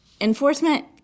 enforcement